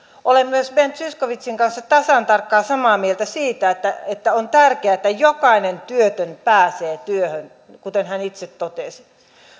olen myös ben zyskowiczin kanssa tasan tarkkaan samaa mieltä siitä että että on tärkeätä että jokainen työtön pääsee työhön kuten hän itse totesi